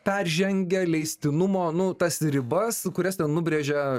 peržengia leistinumo nu tas ribas kurias ten nubrėžia